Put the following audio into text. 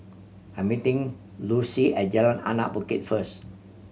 I meeting Lucie at Jalan Anak Bukit first